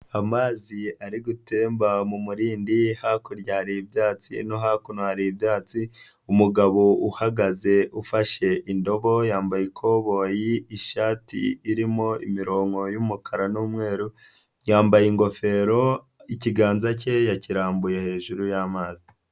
Amazi ari gutemba mu muririndi hakurya hari ibyatsi no hakuno hari ibyatsi, umugabo uhagaze ufashe indobo yambaye ikoboyi, ishati irimo imirongo y'umukara n'umweru, yambaye ingofero ikiganza cye yakirambuye hejuru y'amazi.